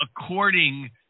according